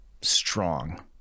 strong